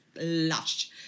lush